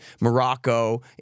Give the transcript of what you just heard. morocco